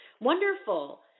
Wonderful